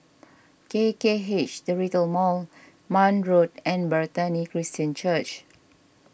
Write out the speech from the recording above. K K H the Retail Mall Marne Road and Bethany Christian Church